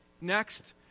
Next